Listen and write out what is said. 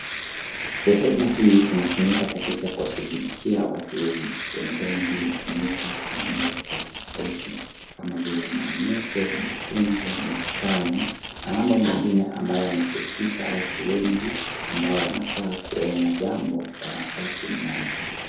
Sehemu hii inatumika katika kuwashughulikia watu wengi. Sehemu hii inatumika kwa mambo tofautofauti kama vile maonyesho, mafunzo, mikutano na mambo mengine ambayo yanahusisha watu wengi ambao wanafaa kuona jambo kwa wakati mmoja.